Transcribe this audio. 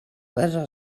little